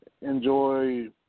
Enjoy –